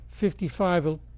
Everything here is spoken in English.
55